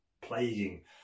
plaguing